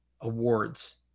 awards